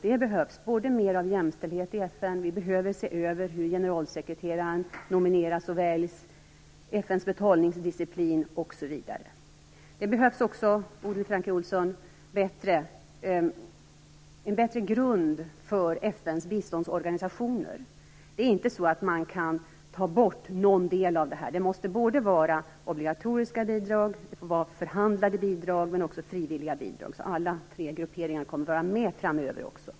Det behövs mera jämställdhet i FN, och vi behöver se över hur generalsekreteraren nomineras och väljs, FN:s betalningsdiciplin osv. Det behövs också, Bodil Francke Ohlsson, en bättre grund för FN:s biståndsorganisationer. Man kan inte ta bort någon del. Det måste vara både obligatoriska bidrag och förhandlade bidrag men också frivilliga bidrag. Alla tre grupperingarna bör vara med även framöver.